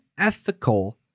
ethical